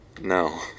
No